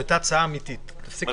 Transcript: לא רק